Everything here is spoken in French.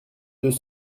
deux